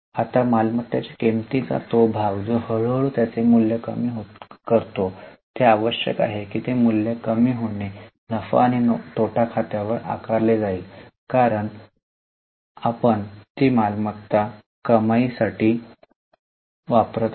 आता मालमत्त्तेच्या किमतीचा तो भाग जो हळूहळू त्याचे मूल्य कमी करतो ते आवश्यक आहे की ते मूल्य कमी होणे नफा आणि तोटा खात्यावर आकारले जाईल कारण आपण ती मालमत्ता कमाई साठी वापरत आहोत